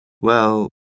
Well